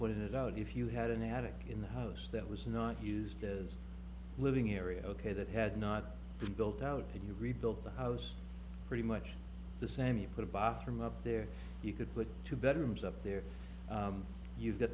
put it out if you had an attic in the house that was not used as a living area ok that had not been built out and you rebuilt the house pretty much the same you put a bathroom up there you could put two bedrooms up there you've got